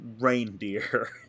reindeer